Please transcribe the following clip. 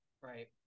Right